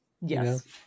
Yes